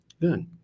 Good